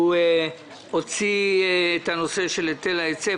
הוא הוציא את הנושא של היטל ההיצף,